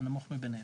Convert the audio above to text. הנמוך מביניהם.